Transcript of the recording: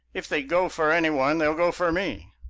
if they go for any one they'll go for me.